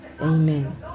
Amen